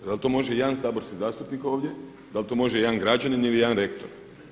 Da li to može jedan saborski zastupnik ovdje, da li to može jedan građanin ili jedan rektor?